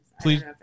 Please